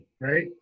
right